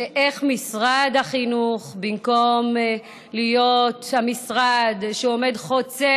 איך משרד החינוך, במקום להיות המשרד שעומד בפני